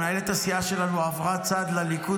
מנהלת הסיעה שלנו עברה צד לליכוד,